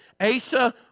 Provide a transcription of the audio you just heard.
Asa